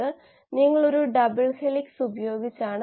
രണ്ട് തരത്തിലുള്ള നോഡുകൾ സാധ്യമാണ്